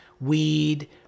weed